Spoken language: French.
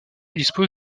dispose